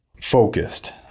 focused